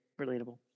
relatable